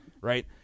Right